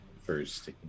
First